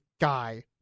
guy